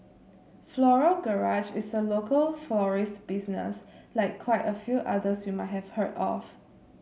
Floral Garage is a local florist business like quite a few others you might have heard of